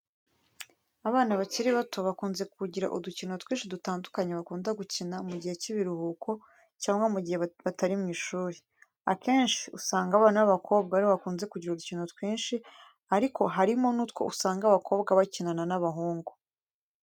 Abana bakiri bato bakunze kugira udukino twinshi dutandukanye bakunda gukina mu gihe cy'ibiruhuko cyangwa mu gihe batari mu ishuri, akenshi usanga abana b'abakobwa ari bo bakunze kugira udukino twinshi, ariko harimo n'utwo usanga abakobwa bakinana n'abahungu.